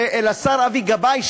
ולשר אבי גבאי,